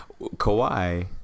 Kawhi